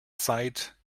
zeit